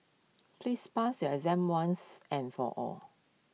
please pass your exam once and for all